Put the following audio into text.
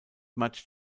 much